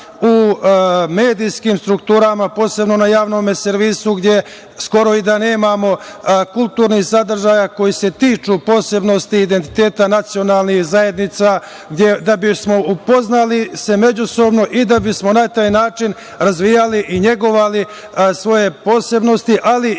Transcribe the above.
u medijskim strukturama, posebno na Javnom servisu, gde skoro i da nemamo kulturnih sadržaja koje se tiču posebnosti identiteta nacionalnih zajednica, da bismo se upoznali međusobno i da bismo na taj način razvijali i negovali svoje posebnosti, ali i